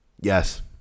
Yes